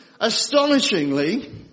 Astonishingly